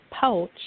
Pouch